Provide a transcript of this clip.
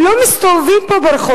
הם לא מסתובבים פה ברחובות?